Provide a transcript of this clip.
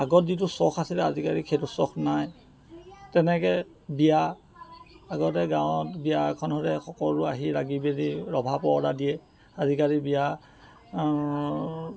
আগত যিটো চখ আছিলে আজিকালি সেইটো চখ নাই তেনেকৈ বিয়া আগতে গাঁৱত বিয়া এখন হ'লে সকলো আহি লাগি মেলি ৰভা পৰ্দা দিয়ে আজিকালি বিয়া